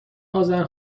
اذر